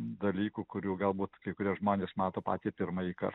dalykų kurių galbūt kai kurie žmonės mato patį pirmąjį kartą